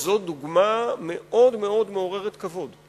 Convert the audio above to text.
שזו דוגמה מאוד מאוד מעוררת כבוד.